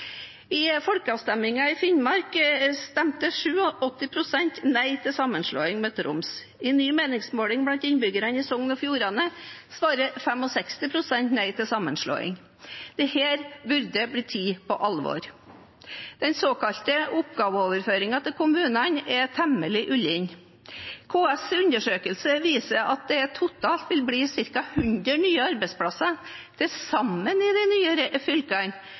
I folkeavstemningen i Finnmark stemte 87 pst. nei til sammenslåing med Troms. I en ny meningsmåling blant innbyggere i Sogn og Fjordane svarte 65 pst. nei til sammenslåing. Dette burde bli tatt på alvor. Den såkalte oppgaveoverføringen til kommunene er temmelig ullen. KS’ undersøkelse viser at med det forslaget regjeringen har lagt fram, vil det totalt bli ca. 100 nye arbeidsplasser til sammen i de nye fylkene,